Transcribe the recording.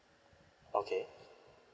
okay